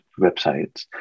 websites